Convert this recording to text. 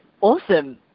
awesome